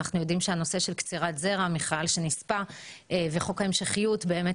אנחנו יודעים שהנושא של קצירת זרע מחייל שנספה וחוק ההמשכיות באמת